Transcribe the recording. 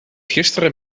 gisteren